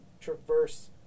traverse